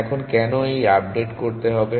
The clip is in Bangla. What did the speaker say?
এখন কেন এই আপডেট করতে হবে